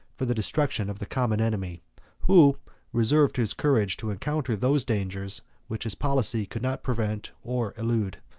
for the destruction of the common enemy who reserved his courage to encounter those dangers which his policy could not prevent or elude.